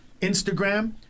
Instagram –